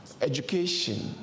education